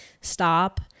stop